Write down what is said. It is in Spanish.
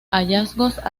hallazgos